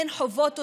הן חוות אותו,